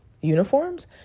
uniforms